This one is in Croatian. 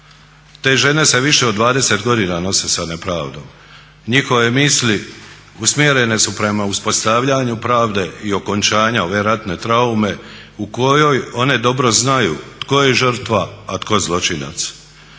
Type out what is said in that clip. "Te žene se više od 20 godine nose sa nepravdom, njihove misli usmjerene su prema uspostavljanju pravde i okončanja ove ratne traume u kojoj one dobro znaju tko je žrtva a tko zločinac."